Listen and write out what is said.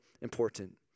important